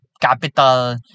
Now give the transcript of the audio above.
capital